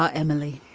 ah emily,